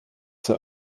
zur